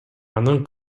анын